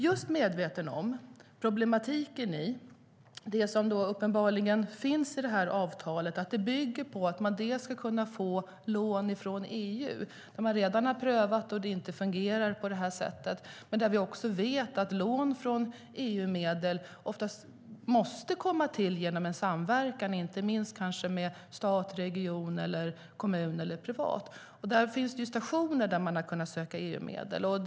Jag är medveten om problematiken i avtalet. Det bygger på att man ska få lån från EU. Det har man prövat, men det fungerade inte. Vi vet att lån från EU måste komma till genom samverkan mellan stat och region eller kommun eller näringsliv. Det finns stationer där man har kunnat söka EU-medel.